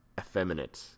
effeminate